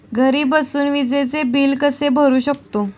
घरी बसून विजेचे बिल कसे भरू शकतो?